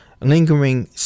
lingering